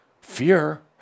fear